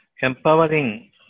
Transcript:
empowering